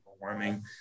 warming